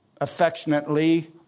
affectionately